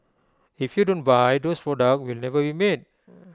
if you don't buy those products will never you made